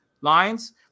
lines